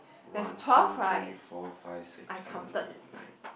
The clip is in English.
one two three four five six seven eight nine